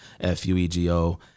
F-U-E-G-O